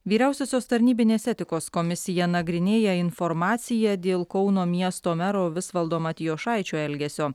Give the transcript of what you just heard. vyriausiosios tarnybinės etikos komisija nagrinėja informaciją dėl kauno miesto mero visvaldo matijošaičio elgesio